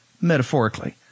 metaphorically